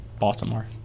baltimore